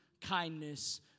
kindness